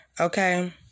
Okay